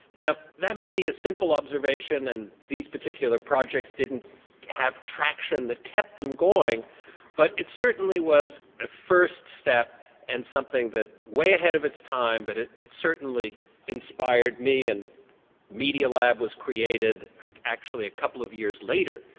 now that may be a simple observation and these particular projects didn't have traction that kept them going but it certainly was a first step in and something that was way ahead of its time but it it certainly inspired me and media lab was created actually a couple of years later,